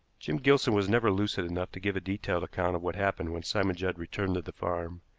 jim gilson was never lucid enough to give a detailed account of what happened when simon judd returned to the farm,